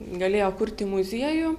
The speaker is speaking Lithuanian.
galėjo kurti muziejų